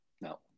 No